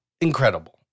incredible